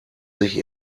sich